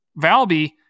Valby